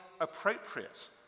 appropriate